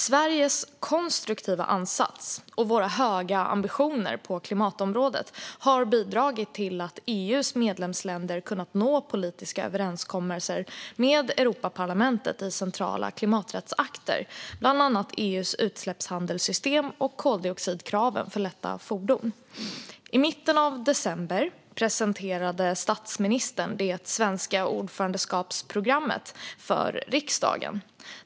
Sveriges konstruktiva ansats och våra höga ambitioner på klimatområdet har bidragit till att EU:s medlemsländer kunnat nå politiska överenskommelser med Europaparlamentet i centrala klimaträttsakter, bland annat EU:s utsläppshandelssystem och koldioxidkraven för lätta fordon. I mitten av december presenterade statsministern det svenska ordförandeskapsprogrammet för riksdagen.